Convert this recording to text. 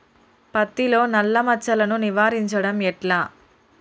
పత్తిలో నల్లా మచ్చలను నివారించడం ఎట్లా?